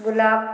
गुलाब